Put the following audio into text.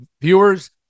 viewers